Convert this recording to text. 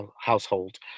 household